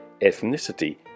ethnicity